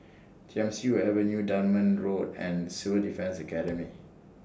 Thiam Siew Avenue Dunman Road and Civil Defence Academy